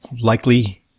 likely